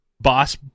boss